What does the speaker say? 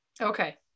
okay